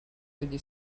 degli